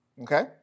okay